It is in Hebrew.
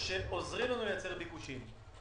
שעוזרים לנו ליצור ביקושים.